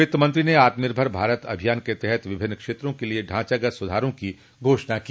वित्त मंत्री ने आत्म निभर भारत अभियान के तहत विभिन्न क्षेत्रों के लिए ढांचागत सुधारों की घोषणा की